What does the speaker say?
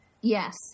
Yes